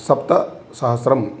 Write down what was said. सप्तसहस्रम्